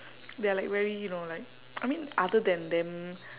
they are like very you know like I mean other than them